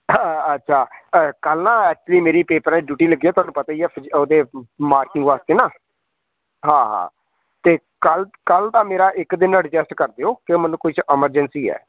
ਅੱਛਾ ਕੱਲ੍ਹ ਨਾ ਐਕਚੂਅਲੀ ਮੇਰੀ ਪੇਪਰਾਂ 'ਚ ਡਿਊਟੀ ਲੱਗੀ ਹੈ ਤੁਹਾਨੂੰ ਪਤਾ ਹੀ ਹੈ ਫਿਜ਼ੀ ਉਹਦੇ ਮਾਰਕਿੰਗ ਵਾਸਤੇ ਨਾ ਹਾਂ ਹਾਂ ਅਤੇ ਕੱਲ੍ਹ ਕੱਲ੍ਹ ਦਾ ਮੇਰਾ ਇੱਕ ਦਿਨ ਐਡਜਸਟ ਕਰ ਦਿਉ ਕਿਉਂ ਮੈਨੂੰ ਕੁਛ ਐਮਰਜੈਂਸੀ ਹੈ